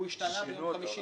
לא, הוא השתנה ביום חמישי.